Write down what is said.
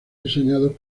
diseñados